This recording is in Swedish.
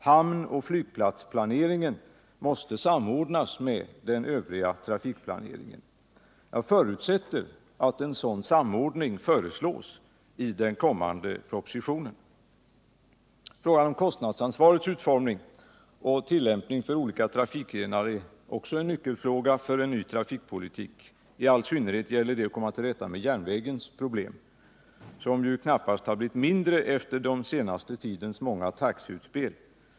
Hamnoch flygplatsplaneringen måste samordnas med den övriga trafikplaneringen. Jag förutsätter att en sådan samordning föreslås i den kommande propositionen. Kostnadsansvarets utformning och tillämpning för olika trafikgrenar är också en nyckelfråga för en ny trafikpolitik. I all synnerhet gäller det att komma till rätta med järnvägens problem, som ju knappast blivit mindre efter den senaste tidens många taxeutspel.